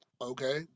okay